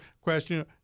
question